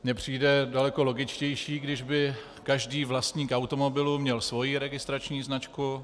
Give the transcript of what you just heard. Mně přijde daleko logičtější, když by každý vlastník automobilu měl svoji registrační značku.